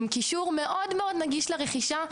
עם קישור מאוד מאוד נגיש לרכישה,